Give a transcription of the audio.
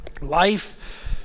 life